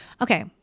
okay